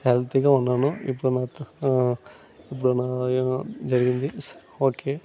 హెల్దీగా ఉన్నాను ఇప్పుడు నాతో ఇప్పుడు నా జరిగింది స ఓకే